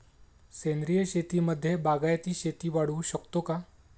सेंद्रिय शेतीमध्ये बागायती शेती वाढवू शकतो का?